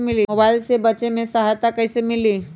Mobile से बेचे में सहायता कईसे मिली?